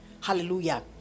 Hallelujah